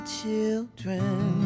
children